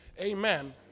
Amen